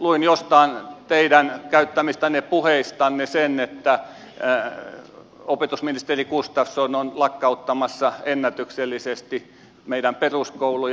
luin jostain teidän käyttämistä puheistanne sen että opetusministeri gustafsson on lakkauttamassa ennätyksellisesti meidän peruskouluja